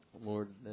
Lord